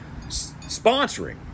sponsoring